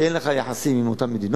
כי אין לך יחסים עם אותן מדינות.